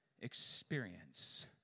experience